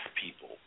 people